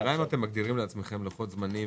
השאלה אם אתם מגדירים לעצמכם לוחות זמנים,